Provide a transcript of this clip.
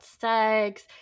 sex